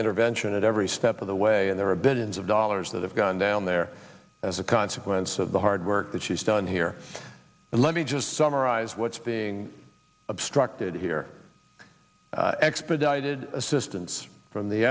intervention at every step of away and there are billions of dollars that have gone down there as a consequence of the hard work that she's done here and let me just summarize what's being obstructed here expedited assistance from the